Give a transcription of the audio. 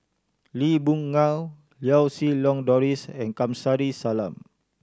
Lee Boon Ngan Lau Siew Lang Doris and Kamsari Salam